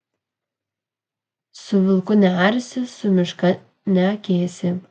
su vilku nearsi su meška neakėsi